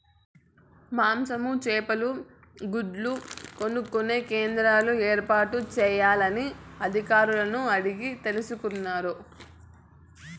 మాంసము, చేపలు, గుడ్లు కొనుక్కొనే కేంద్రాలు ఏర్పాటు చేయాలని అధికారులను అడిగి తెలుసుకున్నారా?